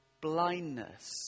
blindness